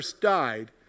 died